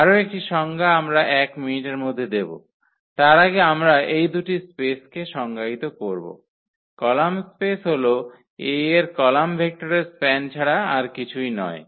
আরও একটি সংজ্ঞা আমরা এক মিনিটের মধ্যে দেব তার আগে আমরা এই দুটি স্পেসকে সংজ্ঞায়িত করব কলাম স্পেস হল A এর কলাম ভেক্টরের স্প্যান ছাড়া আর কিছুই নয়